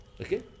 Okay